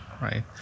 right